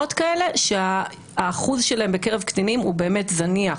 כאלה, האחוז שלהם בקרב קטינים הוא זניח.